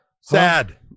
Sad